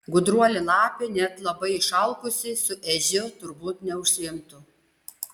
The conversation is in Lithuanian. gudruolė lapė net labai išalkusi su ežiu turbūt neužsiimtų